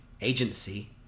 agency